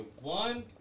One